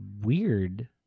weird